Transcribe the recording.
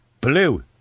Blue